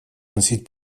носить